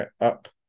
up